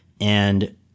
And-